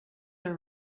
are